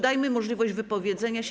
Dajmy możliwość wypowiedzenia się.